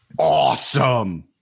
Awesome